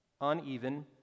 uneven